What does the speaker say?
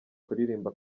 kuririmba